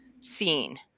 seen